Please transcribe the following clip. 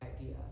idea